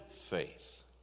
faith